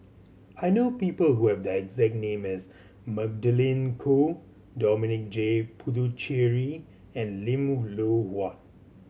I know people who have the exact name as Magdalene Khoo Dominic J Puthucheary and Lim Loh Huat